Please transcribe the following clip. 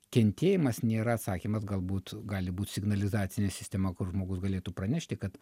kentėjimas nėra atsakymas galbūt gali būt signalizacinė sistema kur žmogus galėtų pranešti kad